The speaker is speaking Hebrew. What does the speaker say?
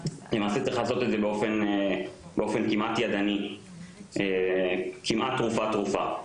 כי למעשה צריך לעשות את זה באופן ידני כמעט תרופה-תרופה.